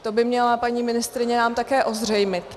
To by nám měla paní ministryně také ozřejmit.